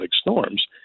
storms